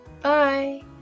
bye